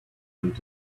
and